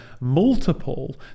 multiple